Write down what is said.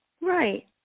Right